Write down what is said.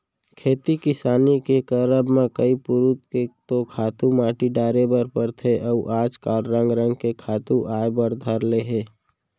खेती किसानी के करब म कई पुरूत के तो खातू माटी डारे बर परथे अउ आज काल रंग रंग के खातू आय बर धर ले हे